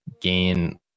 gain